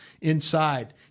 inside